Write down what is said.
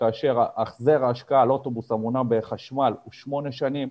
וכאשר החזר ההשקעה על אוטובוס המונע בחשמל הוא שמונה שנים,